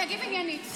אני אגיב עניינית.